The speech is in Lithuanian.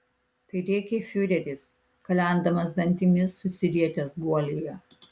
tai rėkė fiureris kalendamas dantimis susirietęs guolyje